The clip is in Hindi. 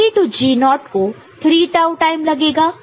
G3 0 को 3 टाऊ टाइम लगेगा